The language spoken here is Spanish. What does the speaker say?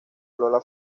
lola